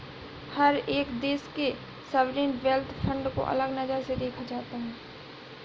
हर एक देश के सॉवरेन वेल्थ फंड को अलग नजर से देखा जाता है